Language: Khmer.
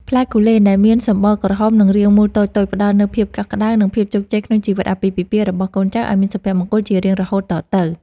ផ្លែគូលែនដែលមានសម្បុរក្រហមនិងរាងមូលតូចៗផ្តល់នូវភាពកក់ក្តៅ និង ភាពជោគជ័យក្នុងជីវិតអាពាហ៍ពិពាហ៍របស់កូនចៅឱ្យមានសុភមង្គលជារៀងរហូតតទៅ។